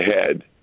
ahead